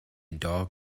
dog